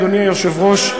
אדוני היושב-ראש,